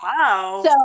Wow